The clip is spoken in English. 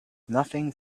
nothing